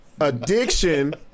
addiction